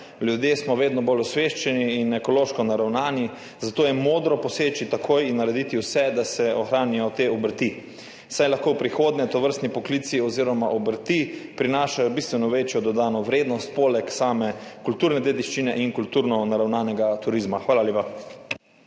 Ljudje smo vedno bolj osveščeni in ekološko naravnani, zato je modro poseči takoj in narediti vse, da se ohranijo te obrti, saj lahko v prihodnje tovrstni poklici oziroma obrti prinašajo bistveno večjo dodano vrednost poleg same kulturne dediščine in kulturno naravnanega turizma. Hvala lepa.